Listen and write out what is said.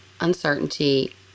uncertainty